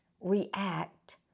react